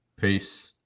Peace